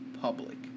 Public